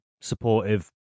supportive